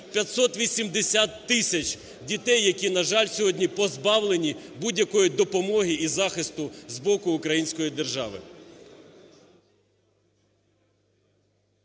580 тисяч дітей, які, на жаль, сьогодні позбавлені будь-якої допомоги і захисту з боку української держави.